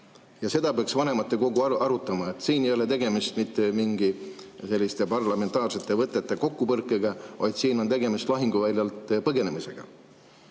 Seda peaks vanematekogu arutama. Siin ei ole tegemist mitte mingi parlamentaarsete võtete kokkupõrkega, vaid siin on tegemist lahinguväljalt põgenemisega.